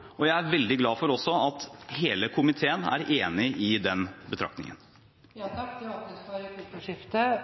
forstå. Jeg er veldig glad for at hele komiteen er enig i den betraktningen. Det blir replikkordskifte.